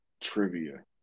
trivia